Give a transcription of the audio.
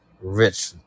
rich